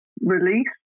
release